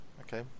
Okay